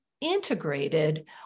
integrated